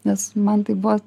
nes man tai buvo